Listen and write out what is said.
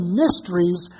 mysteries